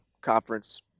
conference